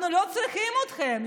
אנחנו לא צריכים אתכם.